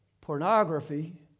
Pornography